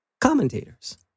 commentators